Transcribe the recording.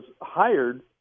hired